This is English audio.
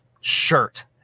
shirt